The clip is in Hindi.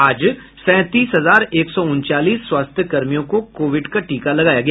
आज सैंतीस हजार एक सौ उनचालीस स्वास्थ्यकर्मियों को कोविड का टीका लगाया गया